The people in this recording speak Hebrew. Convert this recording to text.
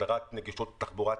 הסדרת נגישות בתחבורה הציבורית.